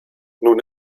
nun